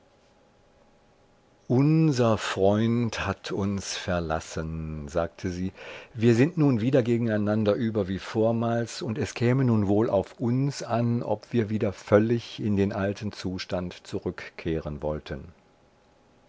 unser freund hat uns verlassen sagte sie wir sind nun wieder gegeneinander über wie vormals und es käme nun wohl auf uns an ob wir wieder völlig in den alten zustand zurückkehren wollten